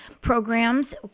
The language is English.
programs